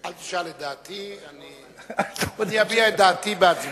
אל תשאל את דעתי, אני אביע את דעתי בהצבעתי.